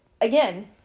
again